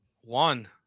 one